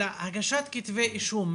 אלא הגשת כתבי אישום,